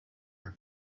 are